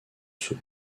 sceau